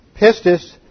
Pistis